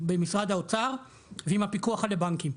במשרד האוצר ועם הפיקוח על הבנקים,